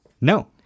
No